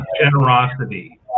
generosity